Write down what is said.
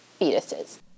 fetuses